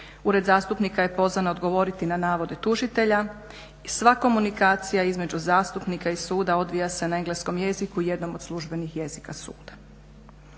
ured zastupnika je pozvan odgovoriti na navode tužitelja i sva komunikacija između zastupnika i suda odvija se na engleskom jeziku, jednom od služenih jezika suda.